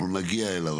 אנחנו נגיע אליו.